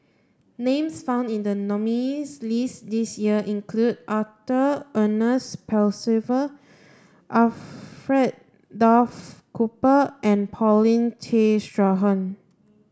names found in the nominees' list this year include Arthur Ernest Percival Alfred Duff Cooper and Paulin Tay Straughan